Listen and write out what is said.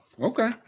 Okay